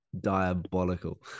diabolical